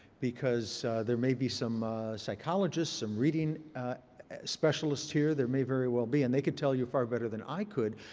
because there may be some psychologists, some reading specialists here, there may very well be, and they could tell you far better than i could.